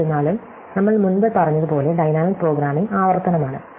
എന്നിരുന്നാലും നമ്മൾ മുമ്പ് പറഞ്ഞതുപോലെ ഡൈനാമിക് പ്രോഗ്രാമിംഗ് ആവർത്തനമാണ്